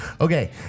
Okay